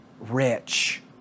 rich